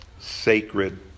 sacred